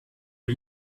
are